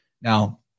Now